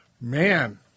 Man